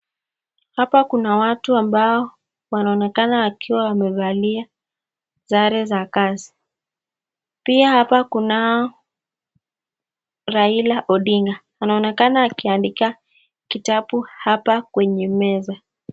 Hapa kuna watu ambao wanaonekana wakiwa wamevalia sare za kazi. Pia hapa kunao Raila Odinga, anaonekana akiandika kitabu hapa kwenye meza.